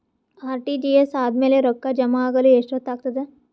RTGS ಆದ್ಮೇಲೆ ರೊಕ್ಕ ಜಮಾ ಆಗಲು ಎಷ್ಟೊತ್ ಆಗತದ?